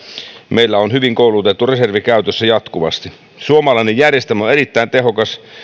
meillä on hyvin koulutettu reservi käytössä jatkuvasti suomalainen järjestelmä on erittäin tehokas